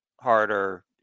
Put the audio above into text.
harder